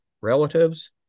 relatives